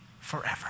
forever